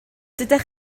dydych